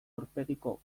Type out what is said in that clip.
aurpegiko